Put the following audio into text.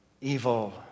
evil